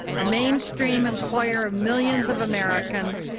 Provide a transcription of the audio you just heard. a mainstream employer of millions of americans,